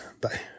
Bye